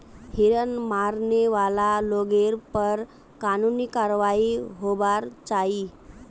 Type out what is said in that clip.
हिरन मारने वाला लोगेर पर कानूनी कारवाई होबार चाई